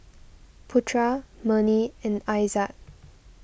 Putra Murni and Aizat